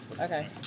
Okay